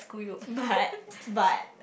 but but